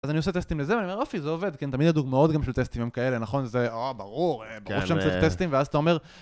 אז אני עושה טסטים לזה ואני אומר יופי זה עובד, כי הם תמיד הדוגמאות גם של טסטים הם כאלה, נכון זה ברור, ברור שאני עושה טסטים ואז אתה אומר